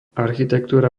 architektúra